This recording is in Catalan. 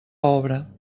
obra